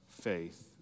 faith